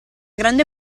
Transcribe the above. grande